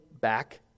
back